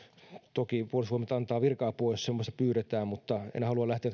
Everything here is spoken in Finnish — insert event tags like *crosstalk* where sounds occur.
toki puolustusvoimat antaa virka apua jos semmoista pyydetään mutta en halua lähteä *unintelligible*